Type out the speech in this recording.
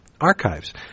archives